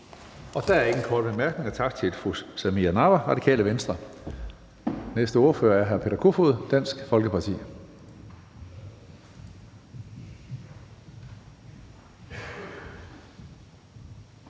Der er ingen korte bemærkninger. Tak til fru Samira Nawa, Radikale Venstre. Næste ordfører er hr. Peter Kofod, Dansk Folkeparti.